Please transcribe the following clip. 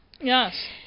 Yes